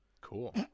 cool